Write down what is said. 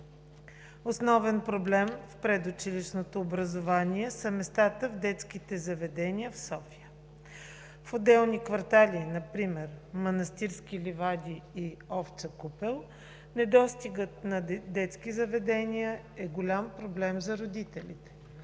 Основен проблем в предучилищното образование са местата в детските заведения в София. В отделни квартали, например „Манастирски ливади“ и „Овча купел“, недостигът на детски заведения е голям проблем за родителите.